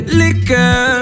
liquor